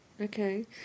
okay